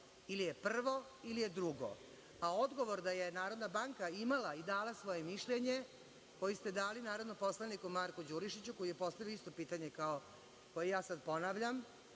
ili je prvo ili je drugo. Odgovor da je Narodna banka imala i dala svoje mišljenje, koje ste dali narodnom poslaniku Marku Đurišiću, koji je postavio isto pitanje koje ja sada ponavljam,